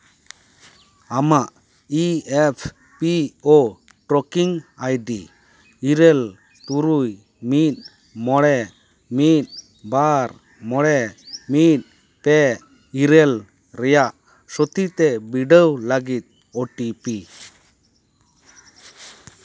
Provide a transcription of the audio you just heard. ᱟᱢᱟᱜ E P F O tracking ID ᱤᱨᱟᱹᱞ ᱛᱩᱨᱩᱭ ᱢᱤᱫ ᱢᱚᱬᱮ ᱢᱤᱫ ᱵᱟᱨ ᱢᱚᱬᱮ ᱢᱤᱫ ᱯᱮ ᱤᱨᱟᱹᱞ ᱨᱮᱭᱟᱜ ᱥᱚᱛᱷᱤᱛᱮ ᱵᱤᱰᱟᱹᱣ ᱞᱟᱹᱜᱤᱫ ᱳ ᱴᱤ ᱯᱤ